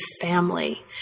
family